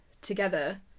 together